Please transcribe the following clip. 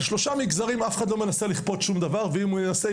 על שלושה מגזרים אף אחד לא מנסה לכפות שום דבר ואם הוא ינסה,